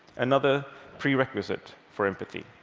another prerequisite for empathy.